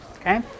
Okay